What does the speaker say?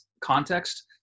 context